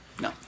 no